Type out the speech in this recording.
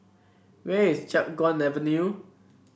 where is Chiap Guan Avenue